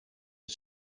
het